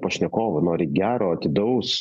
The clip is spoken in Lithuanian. pašnekovo nori gero atidaus